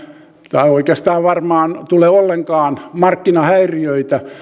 tai oikeastaan ei varmaan tule ollenkaan markkinahäiriöitä